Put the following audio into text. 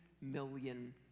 million